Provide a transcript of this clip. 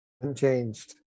Unchanged